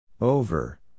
Over